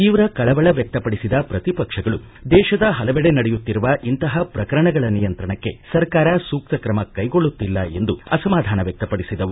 ತೀವ್ರ ಕಳವಳ ವ್ಯಕ್ತ ಪಡಿಸಿದ ಪ್ರತಿಪಕ್ಷಗಳು ದೇಶದ ಹಲವೆಡೆ ನಡೆಯುತ್ತಿರುವ ಇಂತಹ ಪ್ರಕರಣಗಳ ನಿಯಂತ್ರಣಕ್ಕೆ ಸರ್ಕಾರ ಸೂಕ್ತ ಕ್ರಮ ಕೈಗೊಳ್ಳುತ್ತಿಲ್ಲ ಎಂದು ಅಸಮಾಧಾನ ವ್ಯಕ್ತಪಡಿಸಿದವು